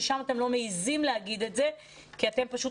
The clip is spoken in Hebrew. ושם אתם לא מעזים להגיד את זה כי אתם פשוט